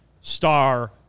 Star